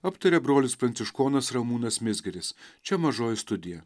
aptarė brolis pranciškonas ramūnas mizgiris čia mažoji studija